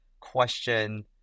question